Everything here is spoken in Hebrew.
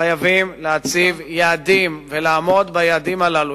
חייבים להציב יעדים ולעמוד ביעדים הללו.